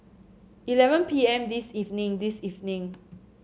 eleven P M this evening this evening